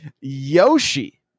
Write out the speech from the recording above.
Yoshi